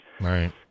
Right